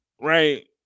right